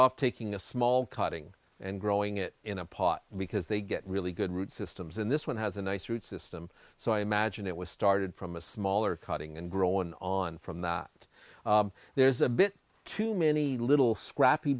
off taking a small cutting and growing it in a pot because they get really good root systems and this one has a nice root system so i imagine it was started from a smaller cutting and grown on from that there's a bit too many little scrappy